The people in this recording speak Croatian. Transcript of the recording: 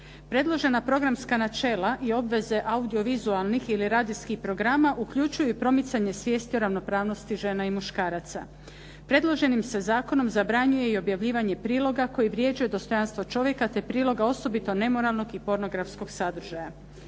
Predložena programska načela i obveze audio-vizualnih ili radijskih programa uključuju i promicanje svijesti o ravnopravnosti žena i muškaraca. Predloženim se zakonom zabranjuje i objavljivanje priloga koji vrijeđa dostojanstvo čovjeka te priloga osobito nemoralnog i pornografskog sadržaja.